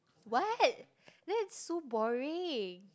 what that's so boring